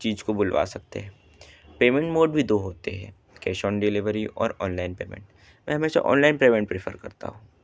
चीज़ को बुलवा सकते हैं पेमेंट मूड भी दो होते हैं कैश ऑन डिलेवरी और ऑनलाइन पेमेंट मैं हमेशा ऑनलाइन पेमेंट प्रेफर करता हूँ